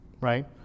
right